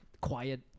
quiet